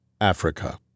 Africa